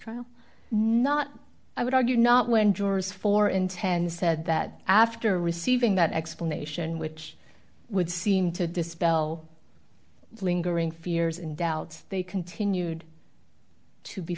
trial not i would argue not when drawers four in ten said that after receiving that explanation which would seem to dispel lingering fears and doubts they continued to be